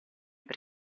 per